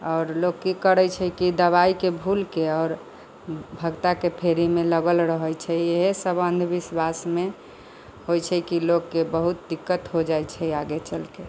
आओर लोक की करै छै कि दवाइके भुलिके आओर भगताके फेरीमे लगल रहै छै इएहसब अन्धविश्वासमे होइ छै कि लोकके बहुत दिक्कत हो जाइ छै आगे चलिके